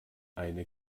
eine